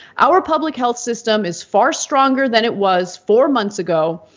our public health system is far stronger than it was four months ago.